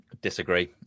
Disagree